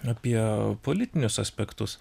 apie politinius aspektus